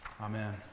Amen